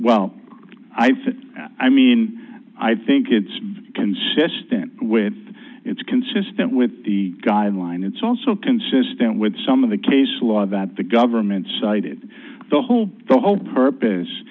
well i've i mean i think it's consistent with it's consistent with the guideline it's also consistent with some of the case law that the government say that the whole the whole purpose